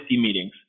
meetings